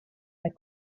that